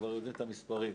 כבר יודעים את המספרים,